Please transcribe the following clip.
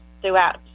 throughout